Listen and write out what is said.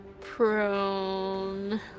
prone